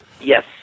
Yes